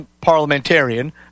parliamentarian